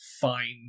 fine